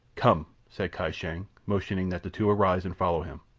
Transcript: come! said kai shang, motioning that the two arise and follow him.